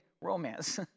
romance